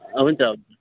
हुन्छ हुन्छ